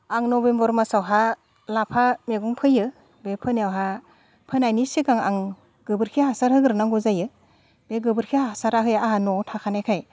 आं नभेम्बर मासआवहा लाफा मैगं फोयो बे फोनायावहा फोनायनि सिगां आं गोबोरखि हासार होग्रोनांगौ जायो बे गोबोरखि हासारआहै आंहा न'आव थाखानायखाय